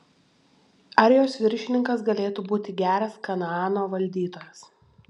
ar jos viršininkas galėtų būti geras kanaano valdytojas